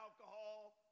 alcohol